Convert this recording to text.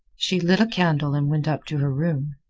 she lit a candle and went up to her room.